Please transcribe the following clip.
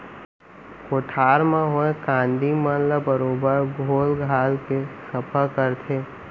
कोठार म होए कांदी मन ल बरोबर छोल छाल के सफ्फा करथे